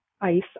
ICE